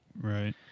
Right